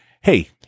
Hey